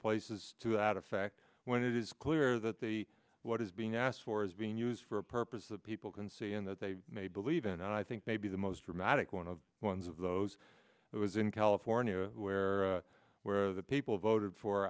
places to add a fact when it is clear that the what is being asked for is being used for a purpose of people can see in that they may believe and i think maybe the most dramatic one of ones of those that was in california where where the people voted for